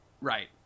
Right